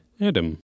Adam